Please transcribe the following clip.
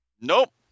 Nope